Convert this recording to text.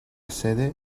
sede